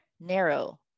narrow